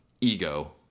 ego